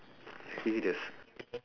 religious